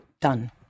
done